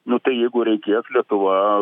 nu tai jeigu reikės lietuva